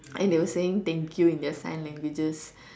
and they were saying thank you in their sign languages